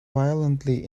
violently